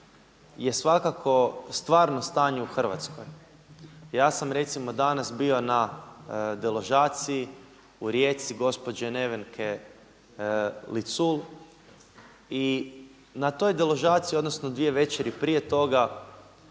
je svakako stvarno stanje u Hrvatskoj. Ja sam recimo danas bio na deložaciji u Rijeci gospođe Nevenke Licul i na toj deložaciji odnosno dvije večeri prije toga